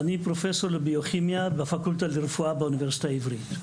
אני פרופסור לביוכימיה בפקולטה לרפואה באוניברסיטה העברית.